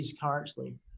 currently